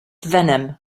venom